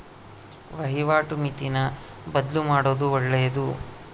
ವಹಿವಾಟು ಮಿತಿನ ಬದ್ಲುಮಾಡೊದು ಒಳ್ಳೆದು